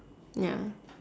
ya